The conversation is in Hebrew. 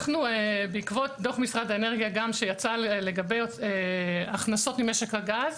בעקבות דוח משרד האנרגיה שיצא בעניין הכנסות ממשק הגז,